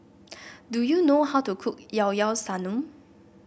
do you know how to cook Llao Llao Sanum